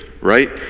right